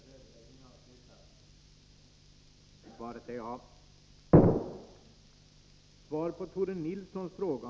Samtidigt satsar vägverket stora belopp i en utlandsverksamhet, som av många bedöms som ett vågspel.